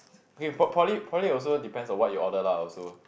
okay po~ poly poly also depends on what you order lah also